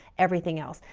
everything else.